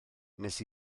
nes